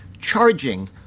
charging